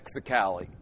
Mexicali